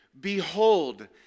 Behold